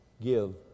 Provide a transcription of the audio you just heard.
give